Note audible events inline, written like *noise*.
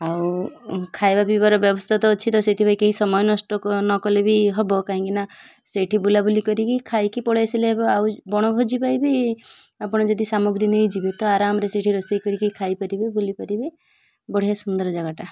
ଆଉ ଖାଇବା ପିଇବାର ବ୍ୟବସ୍ଥା ତ ଅଛି ତ ସେଇଥି ପାଇଁ କେହି ସମୟ ନଷ୍ଟ *unintelligible* ନକଲେ ବି ହବ କାହିଁକିନା ସେଇଠି ବୁଲାବୁଲି କରିକି ଖାଇକି ପଳେଇ ଆସିଲେ ହେବ ଆଉ ବଣଭୋଜି ପାଇବି ଆପଣ ଯଦି ସାମଗ୍ରୀ ନେଇଯିବେ ତ ଆରାମରେ ସେଇଠି ରୋଷେଇ କରିକି ଖାଇ ପାରିବେ ବୁଲିପାରିବେ ବଢ଼ିଆ ସୁନ୍ଦର ଜାଗାଟା